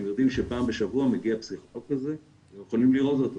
הם יודעים שפעם בשבוע מגיע פסיכולוג כזה והם יכולים לראות אותו,